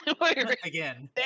Again